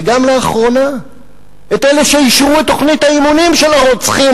וגם לאחרונה את אלה שאישרו את תוכנית האימונים של הרוצחים